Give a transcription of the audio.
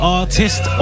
artist